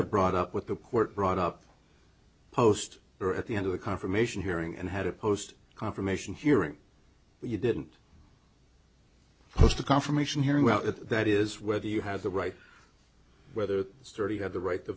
have brought up with the court brought up post there at the end of the confirmation hearing and had a post confirmation hearing you didn't post a confirmation hearing about it that is whether you had the right whether its thirty had the right to